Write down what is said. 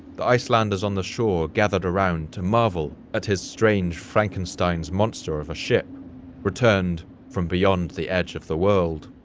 the icelanders on the shore gathered around to marvel at his strange frankenstein's monster of a ship returned from beyond the edge of the world.